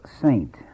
saint